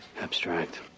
abstract